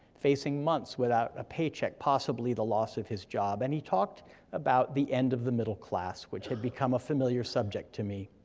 facing months without a paycheck, possibly the loss of his job, and he talked about the end of the middle class, which had become a familiar subject to me.